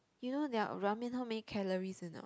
you know their ramen how many calories or not